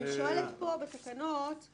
אני שואלת פה בתקנות,